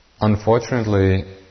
Unfortunately